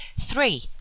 Three